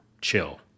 chill